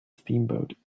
steamboat